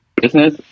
business